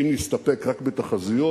אם נסתפק רק בתחזיות,